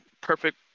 perfect